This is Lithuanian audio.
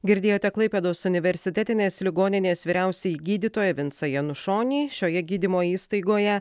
girdėjote klaipėdos universitetinės ligoninės vyriausiąjį gydytoją vincą janušonį šioje gydymo įstaigoje